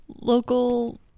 Local